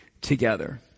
together